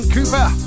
Cooper